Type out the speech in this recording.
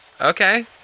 okay